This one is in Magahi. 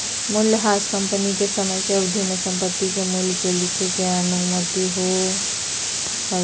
मूल्यह्रास कंपनी के समय के अवधि में संपत्ति के मूल्य के लिखे के अनुमति दो हइ